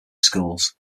schools